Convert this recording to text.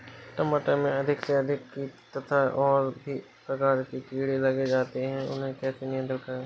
टमाटर में अधिक से अधिक कीट तथा और भी प्रकार के कीड़े लग जाते हैं इन्हें कैसे नियंत्रण करें?